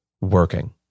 working